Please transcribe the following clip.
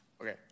Okay